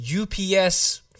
UPS